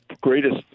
greatest